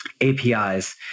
APIs